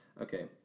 Okay